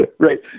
Right